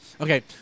Okay